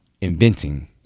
Inventing